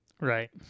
right